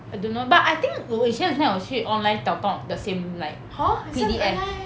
I don't know but I think 我以前好像有去 online 找到 the same like P_D_F